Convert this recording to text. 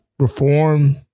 Reform